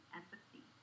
empathy